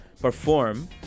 perform